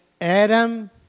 Adam